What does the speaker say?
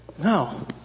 No